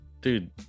dude